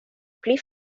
pli